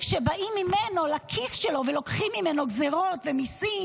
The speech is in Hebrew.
וכשבאים לכיס שלו ולוקחים ממנו גזרות ומיסים,